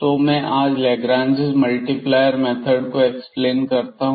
तो मैं अब लाग्रांज मल्टीप्लायर मेथड को एक्स प्लेन करता हूं